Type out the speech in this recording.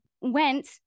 went